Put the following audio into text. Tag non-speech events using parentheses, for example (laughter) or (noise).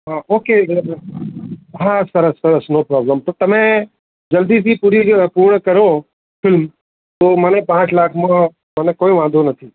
હં ઓકે (unintelligible) હા સરસ સરસ નો પ્રોબ્લમ તો તમે જલ્દીથી પૂરી જ પૂર્ણ કરો ફિલ્મ તો મને પાંચ લાખમાં મને કોઈ વાંધો નથી